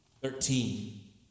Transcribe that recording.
thirteen